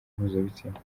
mpuzabitsina